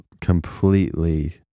completely